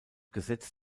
gesetz